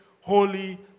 holy